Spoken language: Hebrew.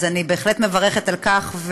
אז אני בהחלט מברכת על כך,